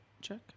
check